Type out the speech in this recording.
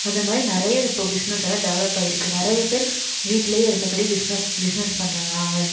அந்த மாதிரி நிறைய இப்போ பிஸ்னஸ்லாம் டெவலப் ஆயிருக்கு நிறைய பேர் வீட்லேயே இருந்தபடி பிஸ்னப் பிஸ்னஸ் பண்ணுறாங்க